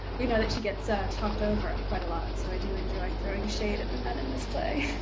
we know that she gets ah talked over ah quite a lot. so i do enjoy throwing shade at the men in this play.